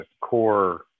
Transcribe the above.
core